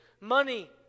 money